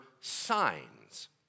signs